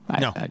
No